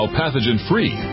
pathogen-free